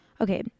Okay